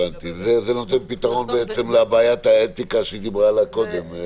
זה נותן פתרון לבעיית האתיקה שהיא דיברה עליה קודם.